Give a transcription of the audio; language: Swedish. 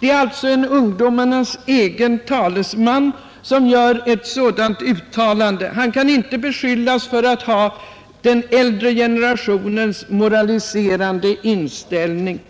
Det är alltså en ungdomens egen talesman som gör ett sådant uttalande. Han kan inte beskyllas för att ha den äldre generationens moraliserande inställning.